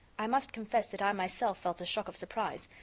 i must confess that i myself felt a shock of surprise,